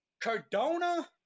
Cardona